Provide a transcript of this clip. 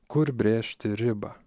kur brėžti ribą